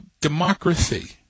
democracy